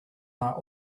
are